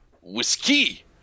Whiskey